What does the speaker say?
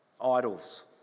idols